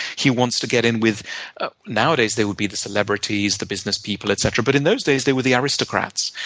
he wants to get in with nowadays, they would be the celebrities, the businesspeople, etc. but in those days, they were the aristocrats.